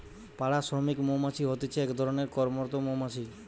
পাড়া শ্রমিক মৌমাছি হতিছে এক ধরণের কর্মরত মৌমাছি